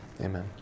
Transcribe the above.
Amen